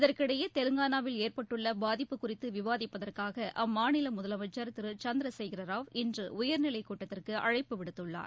இதற்கிடையே தெலங்கானா வில் ஏற்பட்டுள்ள பாதிப்பு குறித்து விவாதிப்பதற்காக அம்மாநில முதலமைச்சர் திரு சந்திரசேகர ராவ் இன்று உயர்நிலை கூட்டத்திற்கு அழைப்பு விடுத்துள்ளார்